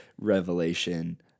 revelation